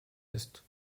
ist